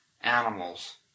animals